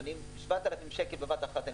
7,000 שקל בבת אחת,